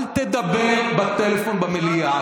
אל תדבר בטלפון במליאה.